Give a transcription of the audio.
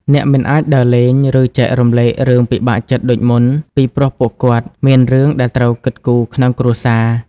អ្នកមិនអាចដើរលេង ឬចែករំលែករឿងពិបាកចិត្តដូចមុន ពីព្រោះពួកគាត់មានរឿងដែលត្រូវគិតគូរក្នុងគ្រួសារ។